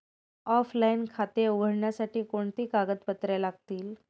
Offline खाते उघडण्यासाठी कोणती कागदपत्रे लागतील?